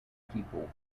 people